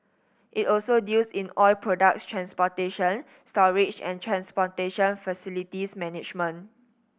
it also deals in oil products transportation storage and transportation facilities management